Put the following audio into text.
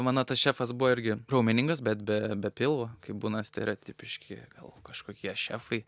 mano tas šefas buvo irgi raumeningas bet be be pilvo kai būna stereotipiški gal kažkokie šefai